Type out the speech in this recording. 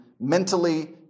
mentally